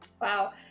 Wow